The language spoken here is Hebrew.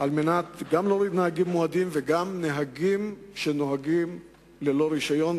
כדי להוריד מהכביש נהגים מועדים ונהגים שנוהגים ללא רשיון.